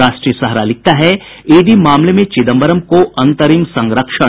राष्ट्रीय सहारा लिखता है ईडी मामले में चिदम्बरम को अंतरिम संरक्षण